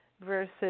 versus